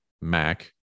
mac